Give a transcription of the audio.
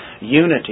unity